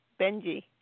Benji